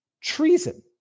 treason